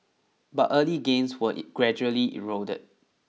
but early gains were gradually eroded